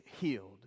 healed